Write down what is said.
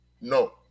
no